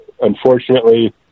unfortunately